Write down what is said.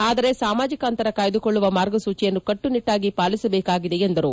ಆದರೆ ಸಾಮಾಜಿಕ ಅಂತರ ಕಾಯ್ದುಕೊಳ್ಳುವ ಮಾರ್ಗಸೂಚಿಯನ್ನು ಕಟ್ಟುನಿಟ್ಟಾಗಿ ಪಾಲಿಸಬೇಕಾಗಿದೆ ಎಂದರು